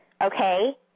okay